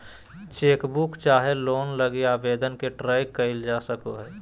chequebook चाहे loan लगी आवेदन के ट्रैक क़इल जा सको हइ